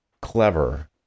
clever